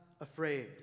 afraid